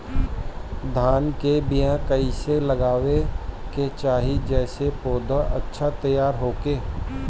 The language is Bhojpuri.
धान के बीया कइसे लगावे के चाही जेसे पौधा अच्छा तैयार होखे?